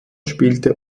spielte